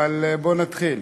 אבל בואו נתחיל.